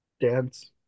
dance